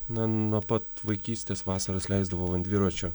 na nuo pat vaikystės vasaras leisdavau ant dviračio